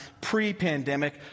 pre-pandemic